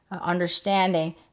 understanding